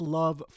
love